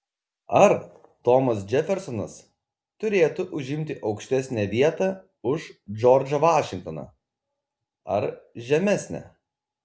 ar tomas džefersonas turėtų užimti aukštesnę vietą už džordžą vašingtoną ar žemesnę